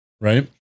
right